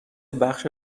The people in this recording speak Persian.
بخش